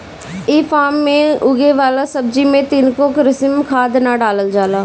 इ फार्म में उगे वाला सब्जी में तनिको कृत्रिम खाद ना डालल जाला